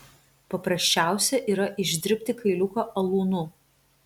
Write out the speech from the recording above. paprasčiausia yra išdirbti kailiuką alūnu